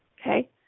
Okay